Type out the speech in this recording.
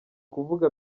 kuvuga